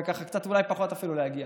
וככה קצת אולי פחות אפילו להגיע,